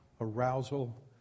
arousal